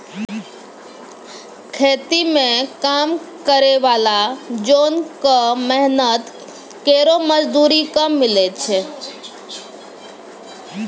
खेती म काम करै वाला जोन क मेहनत केरो मजदूरी कम मिलै छै